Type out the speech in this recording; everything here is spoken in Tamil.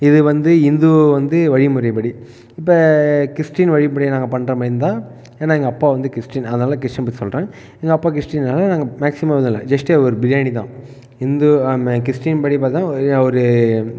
இது வந்து இந்து வந்து வழிமுறைப்படி இப்போ கிறிஸ்ட்டின் வழிப்படி நாங்கள் பண்ணுற மாரிதா ஏன்னா எங்கள் அப்பா வந்து கிறிஸ்ட்டின் அதனால் கிறிஸ்ட்டினுக்கு சொல்கிறேன் எங்கள் அப்பா கிறிஸ்ட்டின்றதுனால நாங்கள் மேக்சிமம் வந்து இல்லை ஜஸ்ட்டு ஒரு பிரியாணி தான் இந்து கிறிஸ்ட்டின் படி பார்த்தா ஒரு